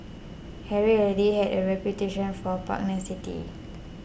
Harry already had a reputation for pugnacity